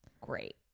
great